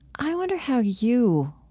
i wonder how you,